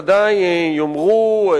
שוודאי יאמרו: